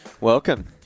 welcome